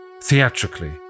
Theatrically